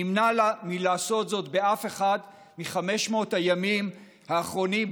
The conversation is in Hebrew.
נמנע מלעשות זאת באף אחד מ-500 הימים האחרונים,